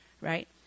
right